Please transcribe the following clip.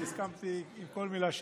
הסכמתי לכל מילה שאמרת.